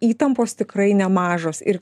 įtampos tikrai nemažos ir